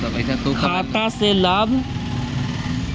खाता से लाभ?